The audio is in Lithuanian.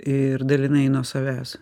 ir dalinai nuo savęs